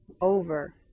over